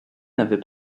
n’avait